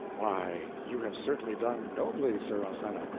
why, you have certainly done nobly, sir ozana.